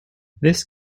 this